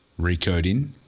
recoding